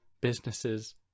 businesses